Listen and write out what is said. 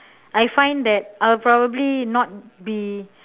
I find that I'll probably not be